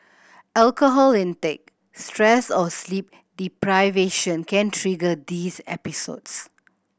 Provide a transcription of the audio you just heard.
alcohol intake stress or sleep deprivation can trigger these episodes